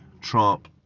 Trump